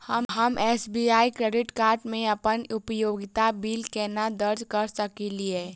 हम SBI credit card मे अप्पन उपयोगिता बिल केना दर्ज करऽ सकलिये?